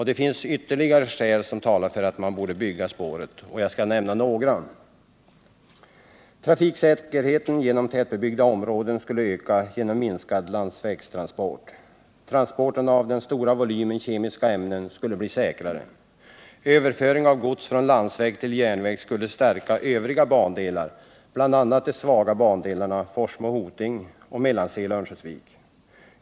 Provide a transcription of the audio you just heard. Det finns ytterligare skäl som talar för att man nu borde bygga spåret. Jag skall nämna några: Transporterna av den stora volymen kemiska ämnen skulle bli säkrare.